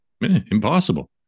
impossible